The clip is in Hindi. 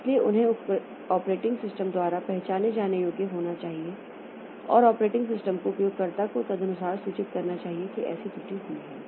इसलिए उन्हें ऑपरेटिंग सिस्टम द्वारा पहचाने जाने योग्य होना चाहिए और ऑपरेटिंग सिस्टम को उपयोगकर्ता को तदनुसार सूचित करना चाहिए कि ऐसी त्रुटि हुई है